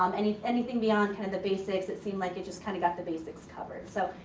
um anything anything beyond kind of the basics it seemed like it just kinda got the basics covered. so,